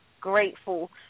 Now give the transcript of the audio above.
grateful